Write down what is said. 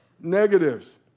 negatives